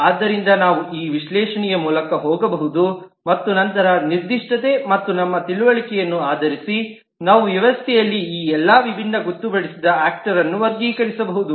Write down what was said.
ಆದ್ದರಿಂದ ನಾವು ಈ ವಿಶ್ಲೇಷಣೆಯ ಮೂಲಕ ಹೋಗಬಹುದು ಮತ್ತು ನಂತರ ನಿರ್ದಿಷ್ಟತೆ ಮತ್ತು ನಮ್ಮ ತಿಳುವಳಿಕೆಯನ್ನು ಆಧರಿಸಿ ನಾವು ವ್ಯವಸ್ಥೆಯಲ್ಲಿ ಈ ಎಲ್ಲಾ ವಿಭಿನ್ನ ಗೊತ್ತುಪಡಿಸಿದ ಆಕ್ಟರನ್ನು ವರ್ಗೀಕರಿಸಬಹುದು